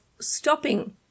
stopping